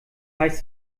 heißt